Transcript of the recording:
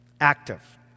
Active